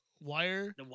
wire